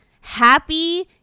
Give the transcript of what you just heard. Happy